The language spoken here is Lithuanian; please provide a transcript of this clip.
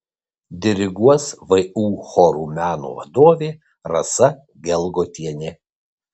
diriguos vu chorų meno vadovė rasa gelgotienė